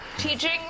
Teaching